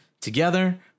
Together